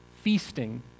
Feasting